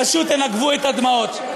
פשוט תנגבו את הדמעות.